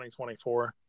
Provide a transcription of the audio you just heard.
2024